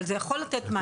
אבל זה יכול לתת מענה.